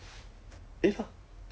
回来这边 it's not a problem lah